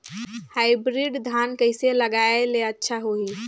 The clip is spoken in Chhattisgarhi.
हाईब्रिड धान कइसे लगाय ले अच्छा होही?